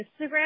Instagram